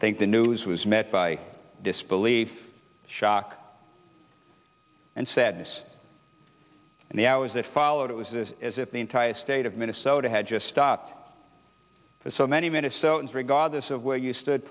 think the news was met by disbelief shock and sadness and the hours that followed it was this as if the entire state of minnesota had just stopped for so many minnesotans regardless of where you stood